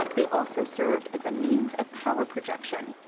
they also served as a means of power projection,